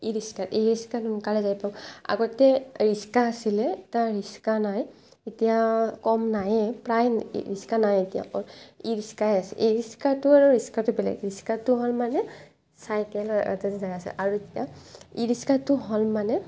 ই ৰিক্সাত ই ৰিক্সাত সোনকালে যাই পাওঁ আগতে ৰিক্সা আছিলে এতিয়া ৰিক্সা নাই এতিয়া কম নায়েই প্ৰায় ৰিক্সা নায়েই এতিয়া অকল ই ৰিক্সাই আছে ই ৰিক্সাটো আৰু ৰিক্সাটো বেলেগ ৰিক্সাটো হ'ল মানে চাইকেলৰ এটা আছে আৰু ই ৰিক্সাটো হ'ল মানে